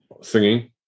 singing